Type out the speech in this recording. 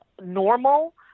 normal